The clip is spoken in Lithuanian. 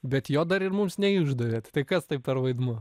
bet jo dar ir mums neišdavėt tai kas tai per vaidmuo